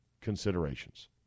considerations